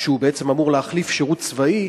שבעצם אמור להחליף שירות צבאי,